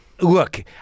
look